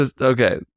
Okay